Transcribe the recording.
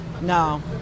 No